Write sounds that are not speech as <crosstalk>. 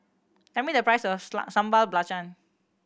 tell me the price of <unintelligible> Sambal Belacan